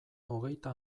hogeita